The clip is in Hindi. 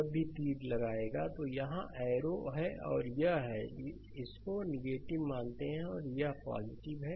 जब भी तीर लगाएगा तो यहाँ एरो है और यह है इसको मानते हैं और यह है